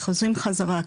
חוזרים חזרה,